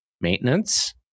maintenance